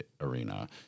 arena